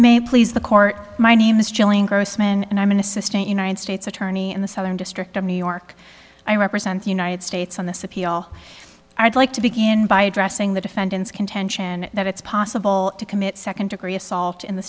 may please the court my name is chilling grossman and i'm an assistant united states attorney in the southern district of new york i represent the united states on this appeal i'd like to begin by addressing the defendant's contention that it's possible to commit second degree assault in the